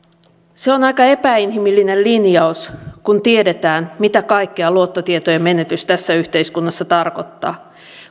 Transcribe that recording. se on aika epäinhimillinen linjaus kun tiedetään mitä kaikkea luottotietojen menetys tässä yhteiskunnassa tarkoittaa